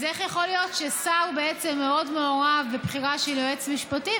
אז איך יכול להיות ששר בעצם מאוד מעורב בבחירה של יועץ משפטי,